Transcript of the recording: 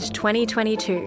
2022